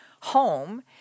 home –